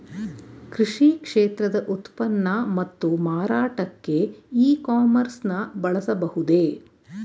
ಕೃಷಿ ಕ್ಷೇತ್ರದ ಉತ್ಪನ್ನ ಮತ್ತು ಮಾರಾಟಕ್ಕೆ ಇ ಕಾಮರ್ಸ್ ನ ಬಳಸಬಹುದೇ?